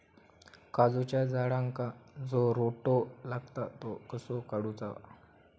काजूच्या झाडांका जो रोटो लागता तो कसो काडुचो?